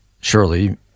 surely